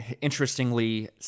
interestingly